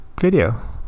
video